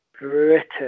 British